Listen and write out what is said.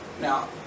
Now